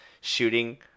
shooting